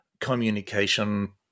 communication